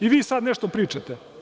I vi sad nešto pričate.